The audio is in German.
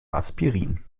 aspirin